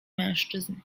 mężczyzn